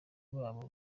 baba